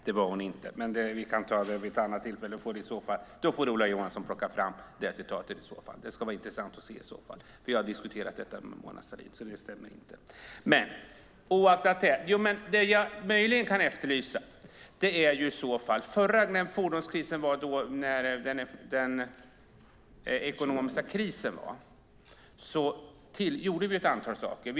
Fru talman! Det var hon inte, men vi kan diskutera det vid ett annat tillfälle. Då får i så fall Ola Johansson plocka fram det citatet. Det ska bli intressant att se. Vi har diskuterat detta med Mona Sahlin, och det stämmer inte. Men det är något jag möjligen kan efterlysa. När vi hade den förra fordonskrisen, när den ekonomiska krisen var, gjorde vi ett antal saker.